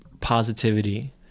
positivity